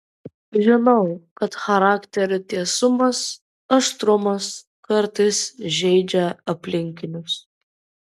žinau kad charakterio tiesumas aštrumas kartais žeidžia aplinkinius